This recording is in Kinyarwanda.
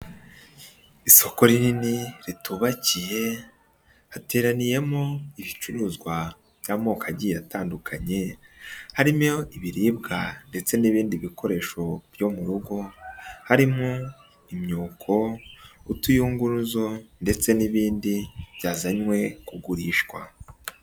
Isoko rinini ritubakiye hateraniyemo ibicuruzwa by'amoko agiye atandukanye, harimo ibiribwa ndetse n'ibindi bikoresho byo mu rugo harimo imyuko, utuyunguruzo, ndetse n'ibindi byazanywe kugurishwa.